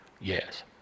Yes